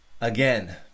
again